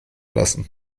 lassen